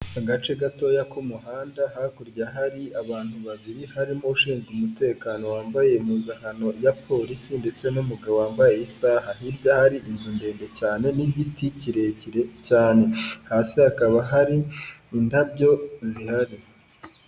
Agace gatoya k'umuhanda hakurya hari abantu babiri harimo ushinzwe umutekano wambaye impuzankano ya polisi ndetse n'umugabo wambaye isaha hirya hari inzu ndende cyane n'igiti kirekire cyane hasi hakaba hari indabyo zihari.